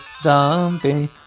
zombie